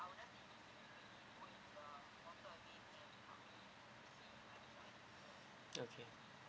okay